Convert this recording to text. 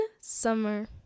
summer